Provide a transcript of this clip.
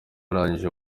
arangije